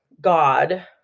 God